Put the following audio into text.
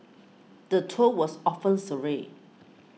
the tour was often surreal